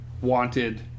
wanted